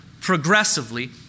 progressively